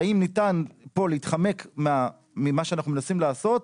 האם ניתן להתחמק פה ממה שאנחנו מנסים לעשות,